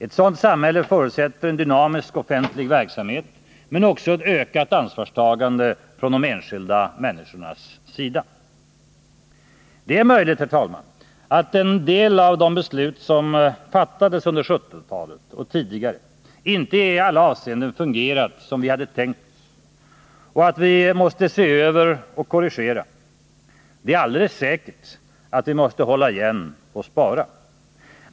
Ett sådant samhälle förutsätter en dynamisk offentlig verksamhet — men också ett ökat ansvarstagande från de enskilda människornas sida. Det är möjligt, herr talman, att en del av de beslut som fattades under 1970-talet och tidigare inte i alla avseenden fungerat som vi hade tänkt och att vi måste se över och korrigera. Det är alldeles säkert att vi måste hålla igen och spara.